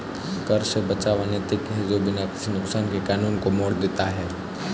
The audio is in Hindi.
कर से बचाव अनैतिक है जो बिना किसी नुकसान के कानून को मोड़ देता है